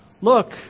look